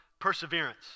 perseverance